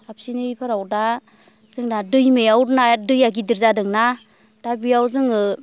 खाथिनिफोराव दा जोंना दैमायाव दैया गिदिर जादोंना दा बेयाव जोङो